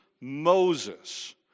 Moses